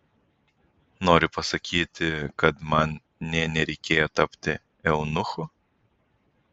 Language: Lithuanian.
nori pasakyti kad man nė nereikėjo tapti eunuchu